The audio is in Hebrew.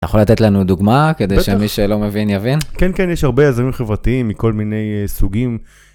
אתה יכול לתת לנו דוגמא, בטח, כדי שמי שלא מבין יבין? כן, כן, יש הרבה יזמים חברתיים מכל מיני סוגים.